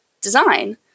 design